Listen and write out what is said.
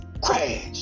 crash